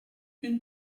une